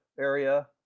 area